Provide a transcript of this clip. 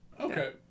Okay